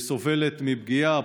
סובלת מפגיעה,